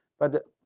but